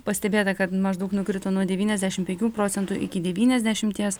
pastebėta kad maždaug nukrito nuo devyniasdešimt penkių procentų iki devyniasdešimties